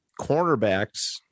cornerbacks